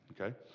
okay